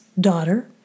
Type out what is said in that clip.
daughter